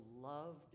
loved